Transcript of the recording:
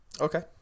Okay